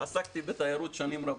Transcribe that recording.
עסקתי בתיירות שנים רבות.